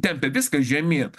tempia viską žemyn